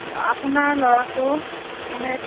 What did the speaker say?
আপোনাৰ ল'ৰাটো মানে